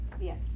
Yes